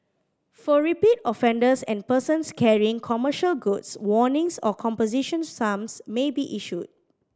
for repeat offenders and persons carrying commercial goods warnings or composition sums may be issued